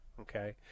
Okay